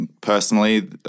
personally